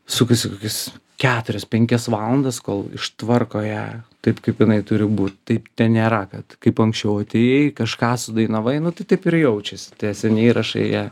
sukasi kokias keturias penkias valandas kol ištvarko ją taip kaip jinai turi būt taip ten nėra kad kaip anksčiau atėjai kažką sudainavai nu tai taip ir jaučiasi tie seni įrašai jie